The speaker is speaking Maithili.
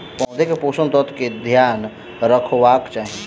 पौधा के पोषक तत्व के ध्यान रखवाक चाही